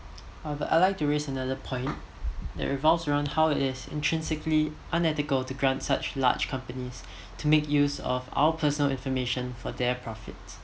uh but I'd like to raise another point that revolves around how it is intrinsically unethical to grant such large companies to make use of our personal information for their profit